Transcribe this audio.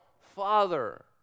Father